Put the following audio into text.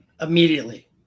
Immediately